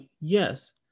yes